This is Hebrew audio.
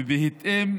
ובהתאם,